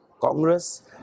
Congress